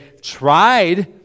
tried